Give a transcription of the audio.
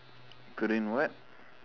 green what